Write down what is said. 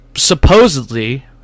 supposedly